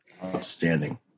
Outstanding